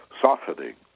softening